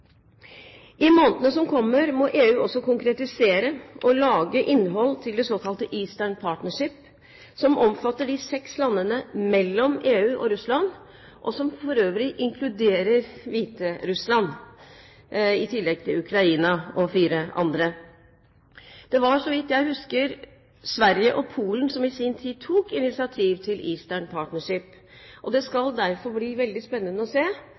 månedene som kommer, må EU også konkretisere og lage innhold til det såkalte Eastern Partnership, som omfatter de seks landene mellom EU og Russland, og som for øvrig inkluderer Hviterussland, i tillegg til Ukraina og fire andre. Det var så vidt jeg husker, Sverige og Polen som i sin tid tok initiativ til Eastern Partnership, og det skal derfor bli veldig spennende å se